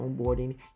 onboarding